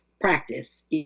practice